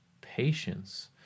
patience